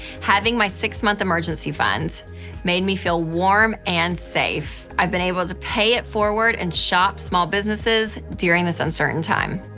having my six-month emergency fund made me feel warm and safe. i've been able to pay it forward and shop small businesses during this uncertain time.